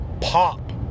pop